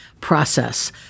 process